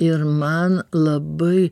ir man labai